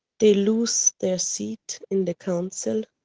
they loose their seat in the council,